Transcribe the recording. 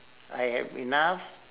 I have enough